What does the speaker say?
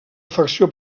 afecció